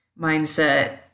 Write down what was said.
mindset